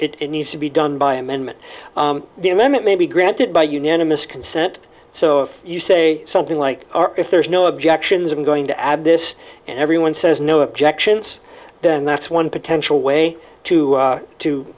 f it needs to be done by amendment the amendment may be granted by unanimous consent so if you say something like our if there's no objections i'm going to add this and everyone says no objections then that's one potential way to